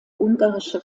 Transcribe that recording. ungarische